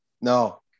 No